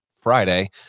Friday